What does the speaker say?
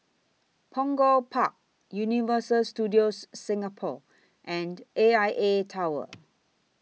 Punggol Park Universal Studios Singapore and A I A Tower